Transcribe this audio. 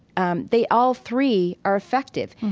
um they all three are effective.